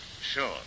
Sure